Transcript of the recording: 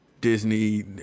Disney